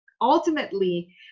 Ultimately